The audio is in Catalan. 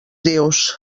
dius